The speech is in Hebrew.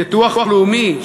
ביטוח לאומי,